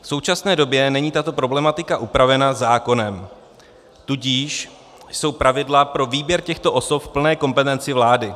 V současné době není tato problematika upravena zákonem, tudíž jsou pravidla pro výběr těchto osob v plné kompetenci vlády.